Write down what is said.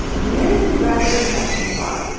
there you rather touch the spot.